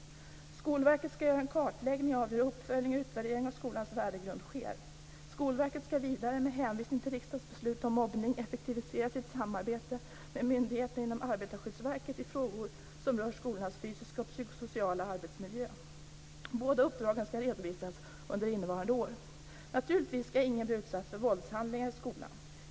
Skolverket skall göra en kartläggning av hur uppföljning och utvärdering av skolans värdegrund sker. Skolverket skall vidare med hänvisning till riksdagens beslut om mobbning effektivisera sitt samarbete med myndigheterna inom Arbetarskyddsverket i frågor som rör skolornas fysiska och psykosociala arbetsmiljö. Båda uppdragen skall redovisas under innevarande år. Naturligtvis skall ingen bli utsatt för våldshandlingar i skolan.